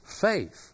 faith